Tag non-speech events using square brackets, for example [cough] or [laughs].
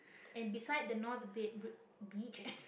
and beside the north-be~ bri~ beach [laughs]